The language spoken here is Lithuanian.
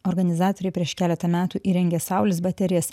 organizatoriai prieš keletą metų įrengė saulės baterijas